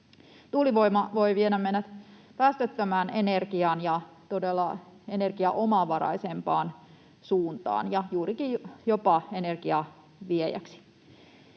Tuulivoima voi viedä meidät päästöttömään energiaan ja todella energiaomavaraisempaan suuntaan ja juurikin jopa energian viejäksi.